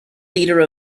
leader